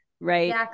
Right